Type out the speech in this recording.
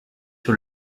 sur